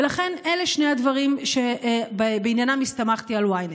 ולכן, אלה שני הדברים שבעניינם הסתמכתי על ynet.